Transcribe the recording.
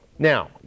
Now